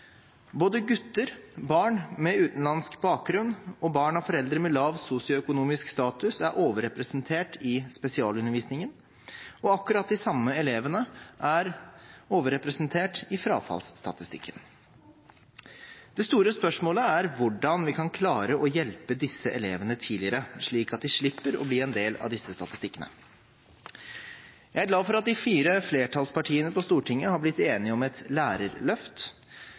barn med utenlandsk bakgrunn og barn av foreldre med lav sosioøkonomisk status er overrepresentert i spesialundervisningen, og akkurat de samme elevene er overrepresentert i frafallsstatistikken. Det store spørsmålet er hvordan vi kan klare å hjelpe disse elevene tidligere, slik at de slipper å bli en del av disse statistikkene. Jeg er glad for at de fire flertallspartiene på Stortinget er blitt enige om et lærerløft